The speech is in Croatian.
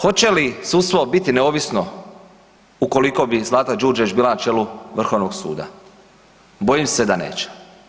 Hoće li sudstvo biti neovisno ukoliko bi Zlata Đurđević bila na čelu Vrhovnog suda, bojim se da neće.